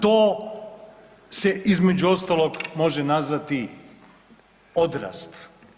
To se između ostalog, može nazvati odrasti.